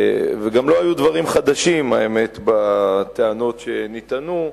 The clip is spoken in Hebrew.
וגם לא היו דברים חדשים, האמת, בטענות שנטענו,